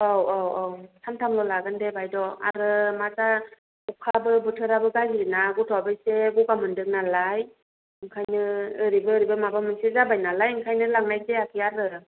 औ औ औ सानथामल' लागोन दे बायद' आरो माबा अखाबो बोथोराबो जायो ना गथ'आबो एसे गगा मोन्दोंनालाय ओंखायनो ओरैबो ओरैबो माबा मोनसे जाबाय नालाय ओंखायनो लांनाय जायाखै आरो